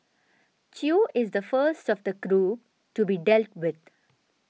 Chew is the first of the group to be dealt with